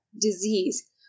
disease